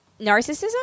Narcissism